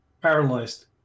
Paralyzed